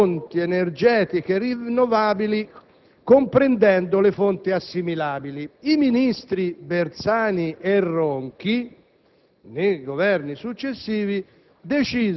sono volti ad incentivare fonti energetiche rinnovabili comprendendo le fonti assimilabili. I ministri Bersani e Ronchi,